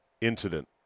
incident